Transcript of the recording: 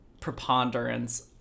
preponderance